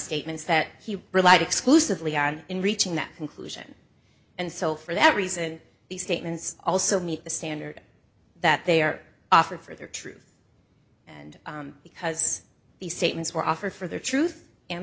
statements that he relied exclusively on in reaching that conclusion and so for that reason these statements also meet the standard that they are offered for their truth and because these statements were offered for their truth and